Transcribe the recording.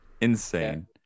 insane